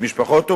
משפחות אומנה,